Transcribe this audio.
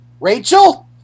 Rachel